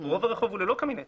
רוב הרחוב הוא ללא קמיני עצים.